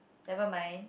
never mind